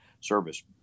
service